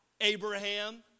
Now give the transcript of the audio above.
Abraham